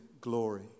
glory